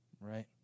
Right